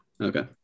Okay